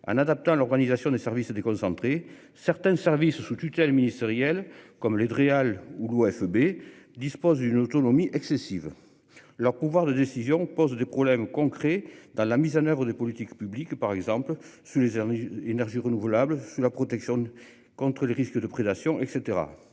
en adaptant l'organisation des services déconcentrés certains services sous tutelle ministérielle comme les Dreal ou OFB dispose d'une autonomie excessive leur pouvoir de décision pose des problèmes concrets dans la mise en oeuvre des politiques publiques par exemple sous les, les énergies renouvelables sous la protection contre les risque de prédation et.